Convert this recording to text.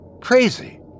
crazy